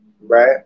Right